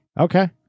okay